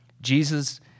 Jesus